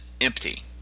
empty